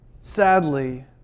Sadly